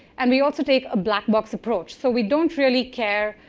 and we also take a black box approach. so we don't really care,